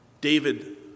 David